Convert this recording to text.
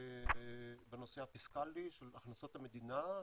בנושא הפיסקלי של הכנסות המדינה,